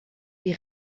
die